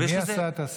מי עשה את הסקר?